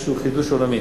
משהו, חידוש עולמי.